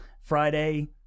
Friday